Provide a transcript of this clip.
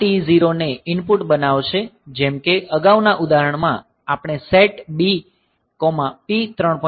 આ T0 ને input બનાવશે જેમ કે અગાઉના ઉદાહરણમાં આપણે સેટ B P 3